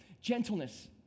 gentleness